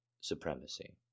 supremacy